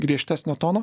griežtesnio tono